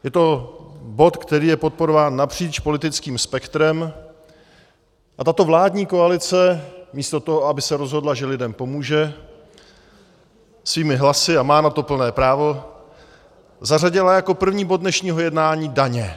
Je to bod, který je podporován napříč politickým spektrem, a tato vládní koalice místo toho, aby se rozhodla, že lidem pomůže svými hlasy, a má na to plné právo, zařadila jako první bod dnešního jednání daně.